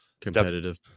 competitive